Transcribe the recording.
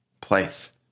place